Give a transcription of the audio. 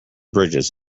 bridges